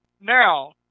Now